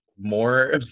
more